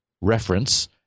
reference